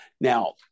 Now